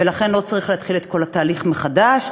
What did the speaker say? ולכן לא צריך להתחיל את כל התהליך מחדש.